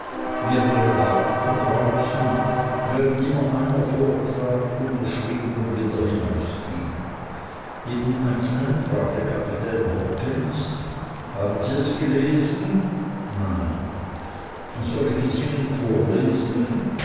mehrere warteten draußen während immer einer vortrat unterschrieb und wieder hinausging jeden einzelnen fragte kapitän hopkins haben sie es gelesen nein soll ich es ihnen vorlesen